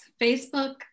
Facebook